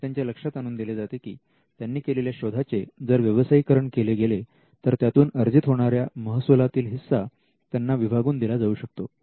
हे त्यांच्या लक्षात आणून दिले जाते की त्यांनी केलेल्या शोधाचे जर व्यवसायीकरण केले गेले तर त्यातून अर्जित होणाऱ्या महसुलातील हिस्सा त्यांना विभागून दिला जाऊ शकतो